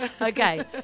okay